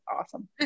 awesome